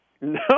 No